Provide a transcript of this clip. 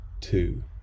two